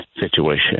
situation